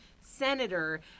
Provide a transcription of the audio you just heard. senator